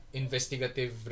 investigative